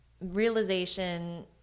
realization